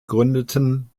gründeten